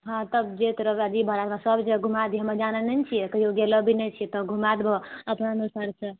हँ तब जे तोरा वाजिब भाड़ा रहतऽ सब जगह घुमाय दिहऽ हमरा कहियो गेलो भी नै छियै तऽ घुमाय देबहो अपना हिसाब से